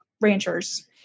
ranchers